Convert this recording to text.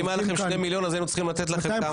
ואם היו לכם 2,000,000, כמה היינו צריכים לתת לכם?